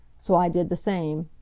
so i did the same.